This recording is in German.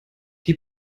die